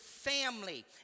Family